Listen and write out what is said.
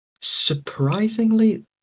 surprisingly